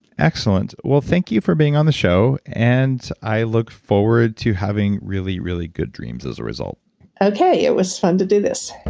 excellent well, thank you for being on the show, and i look forward to having really, really good dreams as a result okay, it was fun to do this